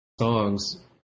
songs